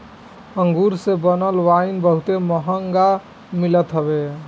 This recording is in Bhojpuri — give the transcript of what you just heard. अंगूर से बनल वाइन बहुते महंग मिलत हवे